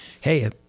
Hey